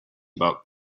about